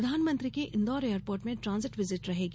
प्रधानमंत्री की इंदौर एयरपोर्ट में ट्रांजिट विजिट रहेगी